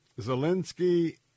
Zelensky